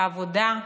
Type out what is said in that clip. בעבודה.